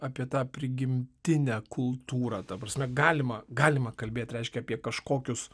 apie tą prigimtinę kultūrą ta prasme galima galima kalbėt reiškia apie kažkokius